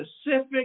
specific